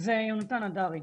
יהונתן הדרי,